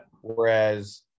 Whereas